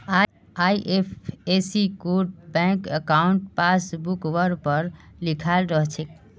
IFSC code bank अंकाउट पासबुकवर पर लिखाल रह छेक